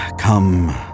come